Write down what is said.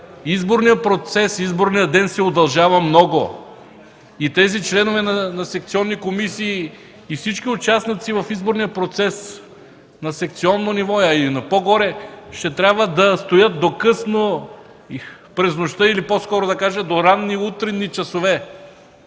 така нататък, изборният ден се удължава много. Членовете на секционните комисии и всички участници в изборния процес на секционно ниво, а и по-горе, ще трябва да стоят до късно през нощта или по-точно – до ранни утринни часове.